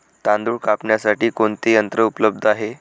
तांदूळ कापण्यासाठी कोणते यंत्र उपलब्ध आहे?